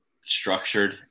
structured